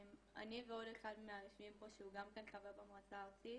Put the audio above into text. אני ועוד אחד מהיושבים פה שהוא גם כן חבר במועצה הארצית